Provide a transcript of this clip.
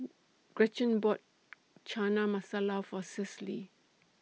Gretchen bought Chana Masala For Cecily